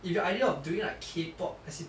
if your idea of doing like K pop as in